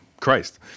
Christ